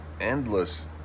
endless